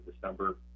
December